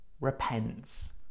repents